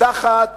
תחת